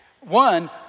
One